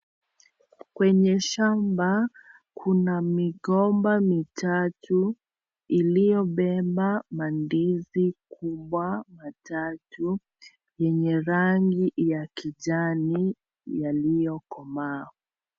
Kwenye shamba kuna migomba mitatu, iliyobeba mandizi kubwa matatu, yenye rangi ya kijani yaliyokomaa.